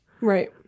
Right